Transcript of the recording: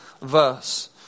verse